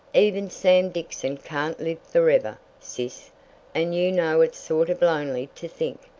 even sam dixon can't live forever, sis, and you know it's sort of lonely to think,